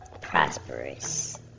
prosperous